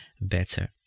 better